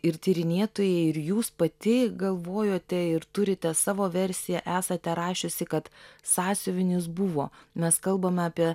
ir tyrinėtojai ir jūs pati galvojote ir turite savo versiją esate rašiusi kad sąsiuvinis buvo mes kalbame apie